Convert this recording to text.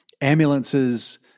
ambulances